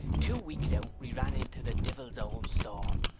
two weeks out we ran into the divil's own storm,